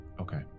Okay